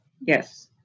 Yes